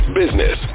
business